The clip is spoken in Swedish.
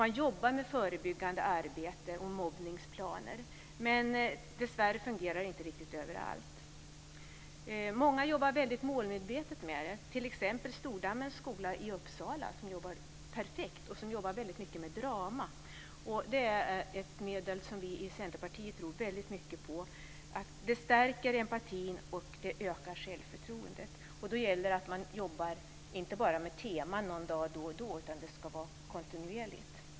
Man jobbar med förebyggande arbete och mobbningsplaner. Dessvärre fungerar det inte riktigt överallt. Många jobbar väldigt målmedvetet med det, t.ex. Stordammens skola i Uppsala som jobbar väldigt mycket med drama. Det är ett medel som vi i Centerpartiet tror väldigt mycket på. Det stärker empatin och ökar självförtroendet.